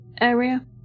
area